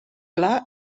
clar